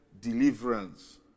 deliverance